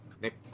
Nick